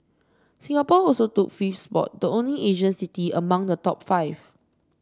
Singapore also took fifth spot the only Asian city among the top five